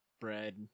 bread